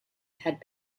had